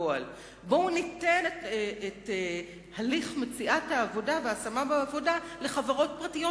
בואו ניתן את הליך מציאת העבודה וההשמה בעבודה לחברות פרטיות,